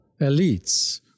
elites